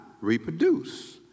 reproduce